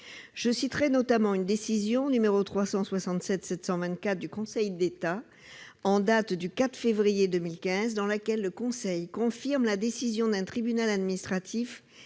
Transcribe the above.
Je citerais notamment une décision n° 367724 du Conseil d'État en date du 4 février 2015, dans laquelle celui-ci confirme la décision d'un tribunal administratif